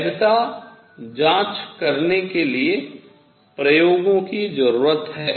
वैधता जांच करने के लिए प्रयोगों की जरूरत है